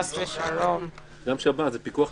יום ד'.